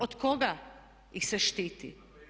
Od koga ih se štiti?